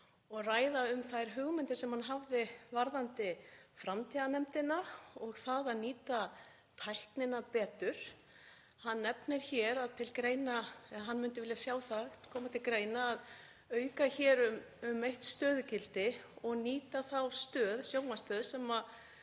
og ræða um þær hugmyndir sem hann hafði varðandi framtíðarnefndina og það að nýta tæknina betur. Hann nefndi að hann myndi vilja sjá það koma til greina að auka hér um eitt stöðugildi og nýta þá sjónvarpsstöð sem er